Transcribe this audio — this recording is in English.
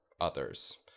others